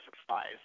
surprise